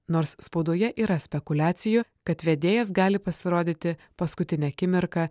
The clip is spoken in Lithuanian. nors spaudoje yra spekuliacijų kad vedėjas gali pasirodyti paskutinę akimirką